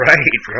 Right